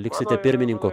liksite pirmininku